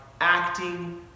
acting